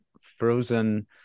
frozen